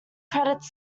credits